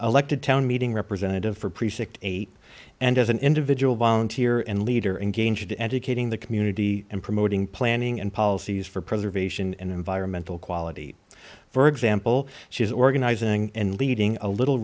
elected town meeting representative for precinct eight and as an individual volunteer and leader engaged educating the community and promoting planning and policies for preservation and environmental quality for example she is organizing and leading a little